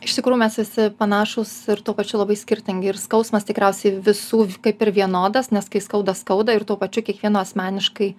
iš tikrųjų mes visi panašūs ir tuo pačiu labai skirtingi ir skausmas tikriausiai visų kaip ir vienodas nes kai skauda skauda ir tuo pačiu kiekvieno asmeniškai